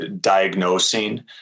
diagnosing